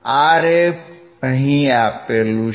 Rf અહિં આવેલ છે